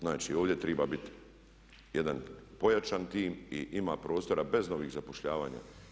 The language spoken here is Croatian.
Znači, ovdje triba bit jedan pojačan tim i ima prostora bez novih zapošljavanja.